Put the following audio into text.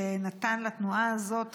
שנתן לתנועה הזאת המון,